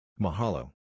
Mahalo